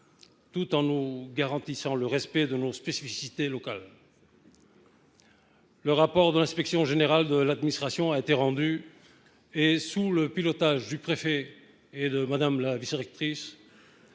tout en garantissant le respect de nos spécificités locales. Le rapport de l’inspection générale de l’administration a été rendu. Sous le pilotage du préfet et de la vice rectrice,